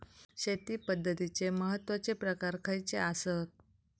शेती पद्धतीचे महत्वाचे प्रकार खयचे आसत?